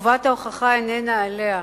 חובת ההוכחה איננה עליה,